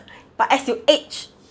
but as you age